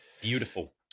Beautiful